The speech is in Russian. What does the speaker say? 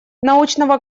научного